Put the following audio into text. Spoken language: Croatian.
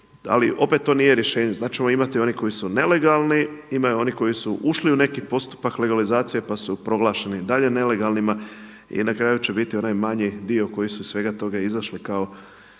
ali opet to nije rješenje. Sad ćemo imati one koji su nelegalni, imaju oni koji su ušli u neki postupak legalizacije pa su proglašeni i dalje nelegalnima i na kraju će biti onaj manji dio koji su iz svega toga izašli kao